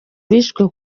bishwe